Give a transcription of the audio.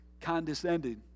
condescending